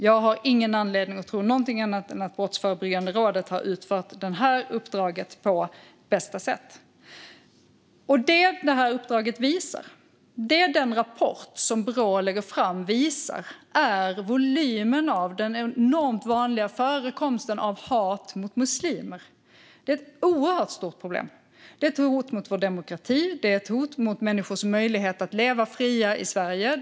Jag har ingen anledning att tro något annat än att Brottsförebyggande rådet har utfört detta uppdrag på bästa sätt. Det som detta uppdrag och den rapport som Brå har lagt fram visar är volymen - det är enormt vanligt - av hat mot muslimer. Det är ett oerhört stort problem. Det är ett hot mot vår demokrati. Det är ett hot mot människors möjligheter att leva fria i Sverige.